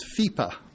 FIPA